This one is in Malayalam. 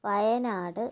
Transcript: വയനാട്